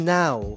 now